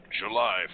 July